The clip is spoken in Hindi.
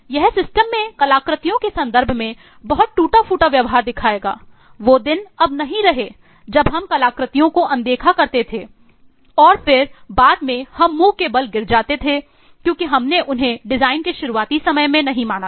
यह सिस्टम में कलाकृतियों के संदर्भ में बहुत टूटा फूटा व्यवहार दिखाएगा वो दिन अब नहीं रहे जब हम कलाकृतियों को अनदेखा करते थे और फिर बाद में हम मुंह के बल गिर जाते थे क्योंकि हमने उन्हें डिजाइन के शुरुआती समय में नहीं माना था